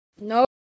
No